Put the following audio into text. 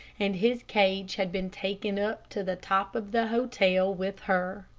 and his cage had been taken up to the top of the hotel with her.